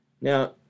Now